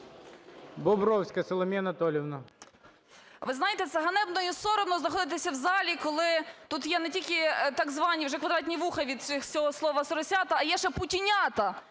БОБРОВСЬКА С.А. Ви знаєте, це ганебно і соромно знаходитися в залі, коли тут є не тільки так звані вже квадратні вуха від цього слова "соросята", а є ще "путінята".